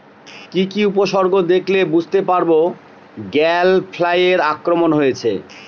কি কি উপসর্গ দেখলে বুঝতে পারব গ্যাল ফ্লাইয়ের আক্রমণ হয়েছে?